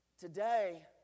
today